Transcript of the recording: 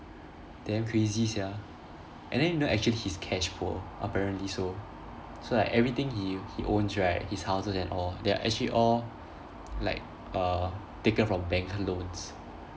damn crazy sia and then you know actually he's cash poor apparently so so like everything he he owns right his houses and all they're actually all like uh taken from bank loans